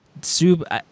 soup